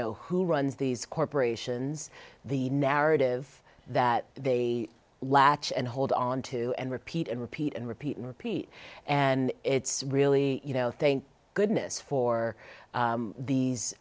know who runs these corporations the narrative that they latch and hold on to and repeat and repeat and repeat and repeat and it's really you know thank goodness for these